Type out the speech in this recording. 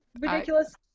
ridiculous